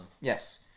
Yes